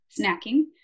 snacking